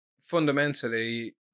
fundamentally